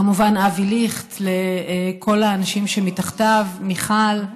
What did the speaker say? כמובן אבי ליכט וכל האנשים שמתחתיו, מיכל,